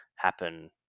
happen